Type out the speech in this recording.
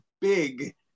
big